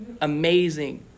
amazing